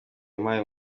imari